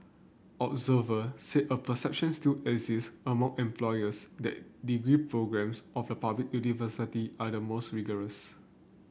observer said a perception still exists among employers that degree programmes of the public university are more rigorous